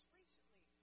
Recently